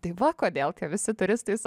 tai va kodėl visi turistai